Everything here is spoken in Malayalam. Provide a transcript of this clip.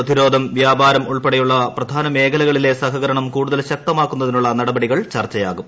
പ്രതിരോധം വ്യാപാരം ഉൾപ്പെടെയുള്ള പ്രധാന മേഖലകളിലെ സഹകരണം കൂടുതൽ ശക്തമാക്കുന്നതിനുള്ള നടപടികൾ ചർച്ചയാകും